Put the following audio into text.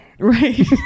Right